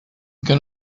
can